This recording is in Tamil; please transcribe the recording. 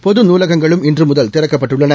பொது நூலகங்களும் இன்று முதல் திறக்கப்பட்டுள்ளன